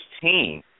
team